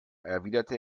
erwiderte